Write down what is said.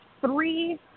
three